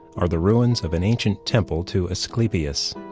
are the ruins of an ancient temple to asclepius,